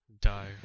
die